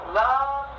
love